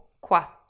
Quattro